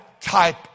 type